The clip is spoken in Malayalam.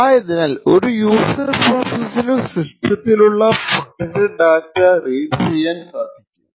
ആയതിനാൽ ഒരു യൂസർ പ്രോസസ്സിനു സിസ്റ്റത്തിലുള്ള പ്രൊട്ടക്ടഡ് ഡാറ്റ റീഡ് ചെയ്യാൻ സാധിക്കും